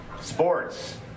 sports